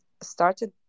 started